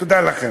תודה לכם.